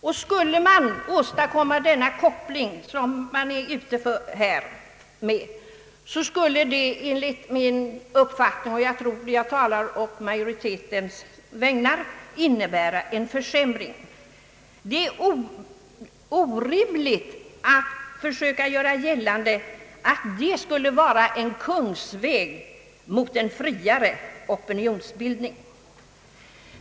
Om man skulle åstadkomma denna sammankoppling som man är ute efter, skulle det enligt min uppfattning — och jag tror jag talar å majoritetens vägnar — innebära en försämring. Det är orimligt att försöka göra gällande att det skulle vara en kungsväg mot en friare opinionsbildning.